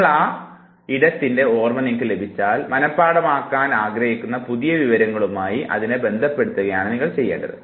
നിങ്ങൾക്ക് ആ ഇടത്തിൻറെ ഓർമ്മ ലഭിച്ചാൽ മനഃപാഠമാക്കാൻ ആഗ്രഹിക്കുന്ന പുതിയ വിവരങ്ങളുമായി അതിനെ ബന്ധപ്പെടുത്തുകയാണ് നിങ്ങൾ ചെയ്യേണ്ടത്